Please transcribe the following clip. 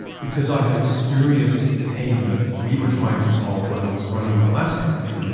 because i had experienced the pain that we were trying to solve when i was running my last company.